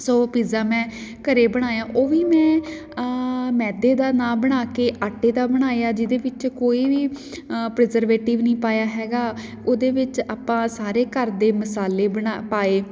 ਸੋ pizza ਮੈਂ ਘਰ ਬਣਾਇਆ ਉਹ ਵੀ ਮੈਂ ਮੈਦੇ ਦਾ ਨਾਂ ਬਣਾ ਕੇ ਆਟੇ ਦਾ ਬਣਾਇਆ ਜਿਹਦੇ ਵਿੱਚ ਕੋਈ ਵੀ ਪ੍ਰਿਜਰਵੇਟਿਵ ਨਹੀਂ ਪਾਇਆ ਹੈਗਾ ਉਹਦੇ ਵਿੱਚ ਆਪਾਂ ਸਾਰੇ ਘਰ ਦੇ ਮਸਾਲੇ ਬਣਾ ਪਾਏ